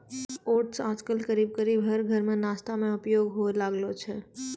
oats आजकल करीब करीब हर घर मॅ नाश्ता मॅ उपयोग होय लागलो छै